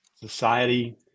society